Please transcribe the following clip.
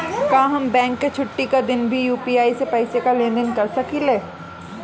का हम बैंक के छुट्टी का दिन भी यू.पी.आई से पैसे का लेनदेन कर सकीले?